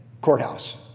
Courthouse